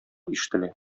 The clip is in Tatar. ишетелә